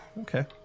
Okay